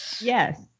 Yes